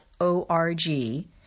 O-R-G